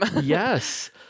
yes